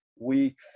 week